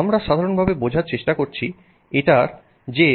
আমরা সাধারণভাবে চেষ্টা করছি এটা বোঝার যে